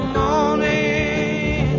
morning